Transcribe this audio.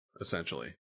essentially